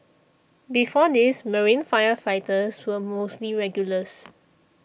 before this marine firefighters were mostly regulars